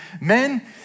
Men